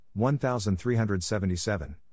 1377